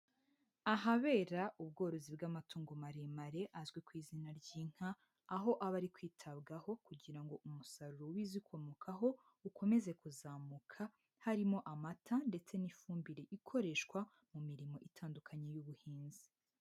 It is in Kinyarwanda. Ahabera ubworozi bw'amatungo maremare azwi ku izina ry'inka, aho aba ari kwitabwaho kugira ngo umusaruro w'ibizikomokaho ukomeze kuzamuka, harimo amata ndetse n'ifumbire ikoreshwa mu mirimo itandukanye y'ubuhinzi.